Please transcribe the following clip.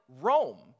Rome